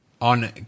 On